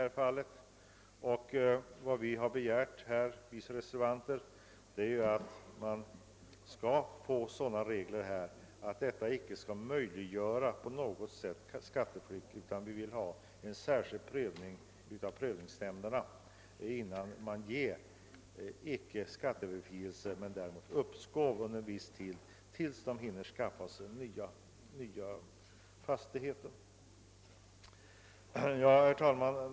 Vad vi för fram är alltså ett rättvisekrav. Vi reservanter begär inte regler som på något sätt skall möjliggöra skatteflykt, utan vi vill att prövningsnämnderna skall företa en särskild prövning innan man medger, icke skattebefrielse, men uppskov under en viss tid tills vederbörande hunnit skaffa sig en ny fastighet. Herr talman!